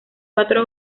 cuatro